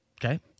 Okay